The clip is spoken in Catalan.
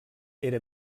era